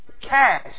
cash